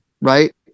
right